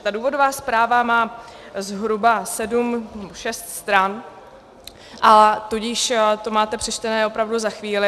Ta důvodová zpráva má zhruba sedm, šest stran, a tudíž to máte přečtené opravdu za chvíli.